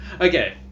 Okay